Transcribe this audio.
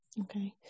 Okay